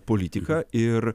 politiką ir